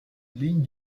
lignes